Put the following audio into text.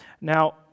Now